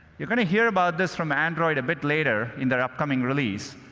you're going to hear about this from android a bit later, in their upcoming release.